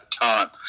time